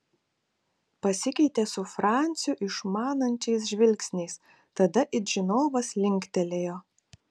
pasikeitė su franciu išmanančiais žvilgsniais tada it žinovas linktelėjo